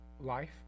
life